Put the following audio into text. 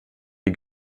die